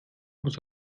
muss